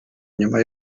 nyuma